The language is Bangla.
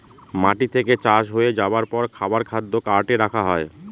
মাটি থেকে চাষ হয়ে যাবার পর খাবার খাদ্য কার্টে রাখা হয়